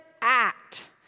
act